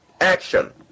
action